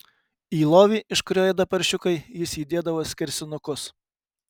į lovį iš kurio ėda paršiukai jis įdėdavo skersinukus